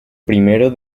pionero